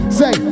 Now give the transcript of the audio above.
say